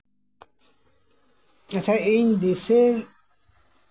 ᱟᱪᱪᱷᱟ ᱤᱧ ᱫᱤᱥᱟᱹᱭ ᱞᱮᱠᱟᱱᱟᱜ